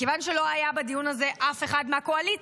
כיוון שלא היה בדיון הזה אף אחד מהקואליציה,